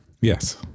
Yes